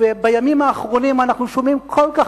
ובימים האחרונים אנחנו שומעים כל כך